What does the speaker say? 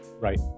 right